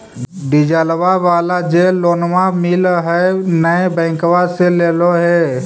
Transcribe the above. डिजलवा वाला जे लोनवा मिल है नै बैंकवा से लेलहो हे?